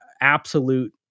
absolute